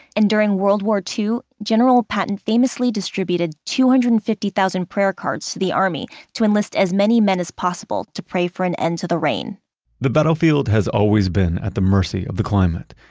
and during world war ii, general patton famously distributed two hundred and fifty thousand prayer cards to the army to enlist as many men as possible to pray for an end to the rain the battlefield has always been at the mercy of the climate,